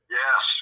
yes